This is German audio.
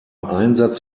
einsatz